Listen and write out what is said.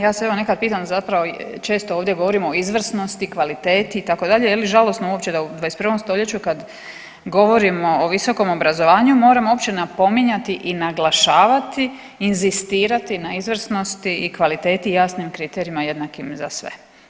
Ja se evo nekad pitam zapravo često ovdje govorimo o izvrsnosti, kvaliteti itd., je li žalosno uopće da u 21. stoljeću kad govorimo o visokom obrazovanju moramo uopće napominjati i naglašavati, inzistirati na izvrsnosti i kvaliteti i jasnim kriterijima jednakim za sve.